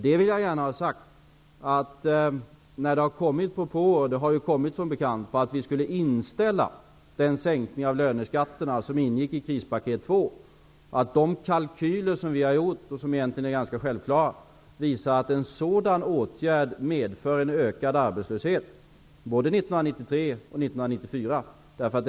Det har, som bekant, kommit propåer om att vi skulle inställa den sänkning av löneskatterna som ingick i krispaket 2 och att de kalkyler som vi har gjort och som egentligen är ganska självklara visar att en sådan åtgärd medför en ökad arbetslöshet både 1993 och 1994.